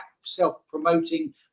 self-promoting